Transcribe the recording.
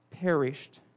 perished